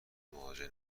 مواجه